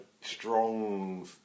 strong